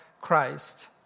Christ